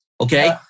okay